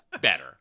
better